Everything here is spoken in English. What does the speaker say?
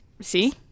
See